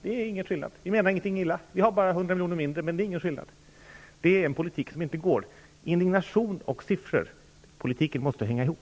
Vi menar inget illa. Vi har bara 100 milj.kr. mindre, men det är ingen skillnad.'' Det är en politik som inte går att genomföra. När det gäller indignation och siffror måste politiken hänga ihop.